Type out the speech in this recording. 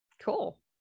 cool